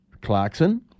Clarkson